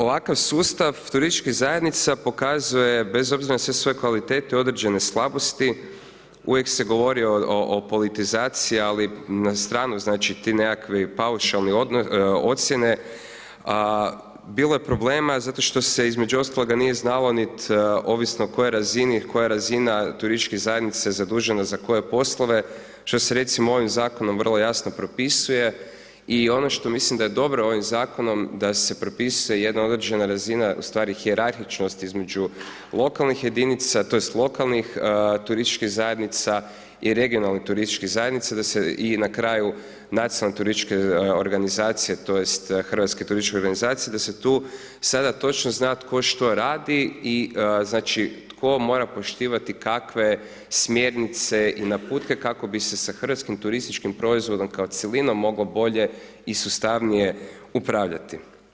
Ovakav sustav turističkih zajednica pokazuje bez obzira na sve svoje kvalitete, određene slabosti, uvijek se govori o politizaciji, ali na stranu znači ti nekakvi paušalne ocijene, bilo je problema zato što se između ostaloga nije znalo nit ovisno o kojoj razini, koja razina turističke zajednice je zadužena za koje poslove, što se recimo ovim Zakonom vrlo jasno propisuje i ono što mislim da je dobro ovim Zakonom da se propisuje jedna određena razina, ustvari hijerarhičnosti između lokalnih jedinica to jest lokalnih turističkih zajednica i regionalnih turističkih zajednica, da se i na kraju nacionalne turističke organizacije to jest hrvatske turističke organizacije, da se tu sada točno zna tko što radi i znači, tko mora poštivati kakve smjernice i naputke kako bi se sa hrvatskim turističkim proizvodom kao cjelinom moglo bolje i sustavnije upravljati.